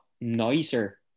nicer